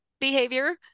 behavior